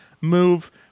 move